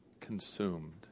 consumed